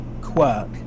quirk